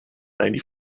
ninety